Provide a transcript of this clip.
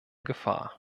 gefahr